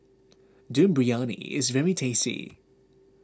Dum Briyani is very tasty